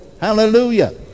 Hallelujah